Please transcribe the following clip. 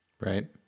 Right